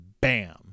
bam